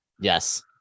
Yes